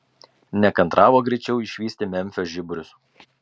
nekantravo greičiau išvysti memfio žiburius